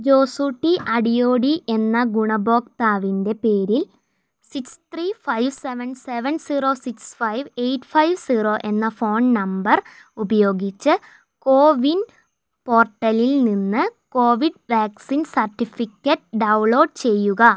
ജോസൂട്ടി അടിയോടി എന്ന ഗുണഭോക്താവിൻ്റെ പേരിൽ six three five seven seven zero six five eight five zero എന്ന ഫോൺ നമ്പർ ഉപയോഗിച്ച് കോവിൻ പോർട്ടലിൽ നിന്ന് കോവിഡ് വാക്സിൻ സർട്ടിഫിക്കറ്റ് ഡൗൺലോഡ് ചെയ്യുക